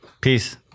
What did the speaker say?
Peace